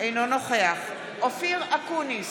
אינו נוכח אופיר אקוניס,